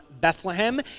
Bethlehem